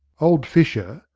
old fisher,